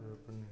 वो अपने